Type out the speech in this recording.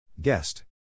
Guest